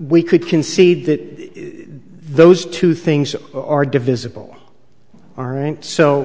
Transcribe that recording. we could concede that those two things are divisible aren't so